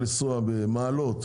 אפשר לנסוע למעלות,